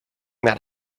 that